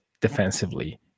defensively